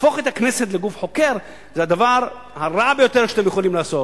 להפוך את הכנסת לגוף חוקר זה הדבר הרע ביותר שאתם יכולים לעשות.